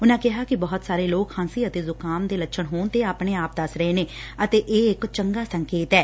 ਉਨਾਂ ਕਿਹਾ ਕਿ ਬਹੁਤ ਸਾਰੇ ਲੋਕ ਖ਼ਾਸੀ ਅਤੇ ਜੁਕਾਮ ਦੇ ਲੱਛਣ ਹੋਣ ਤੇ ਆਪਣੇ ਆਪ ਦੱਸ ਰਹੇ ਨੇ ਅਤੇ ਇਹੱ ਇਕ ਚੰਗਾ ਸੰਕੇਤ ਐ